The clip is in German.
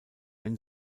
ein